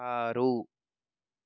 ఆరు